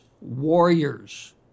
warriors